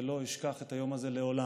ולא אשכח את היום הזה לעולם.